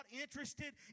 interested